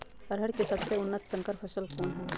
अरहर के सबसे उन्नत संकर फसल कौन हव?